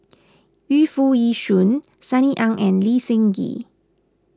Yu Foo Yee Shoon Sunny Ang and Lee Seng Gee